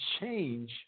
change